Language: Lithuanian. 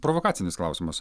provokacinis klausimas